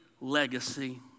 legacy